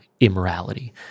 immorality